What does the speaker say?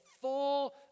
full